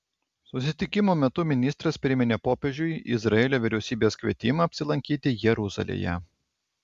susitikimo metu ministras priminė popiežiui izraelio vyriausybės kvietimą apsilankyti jeruzalėje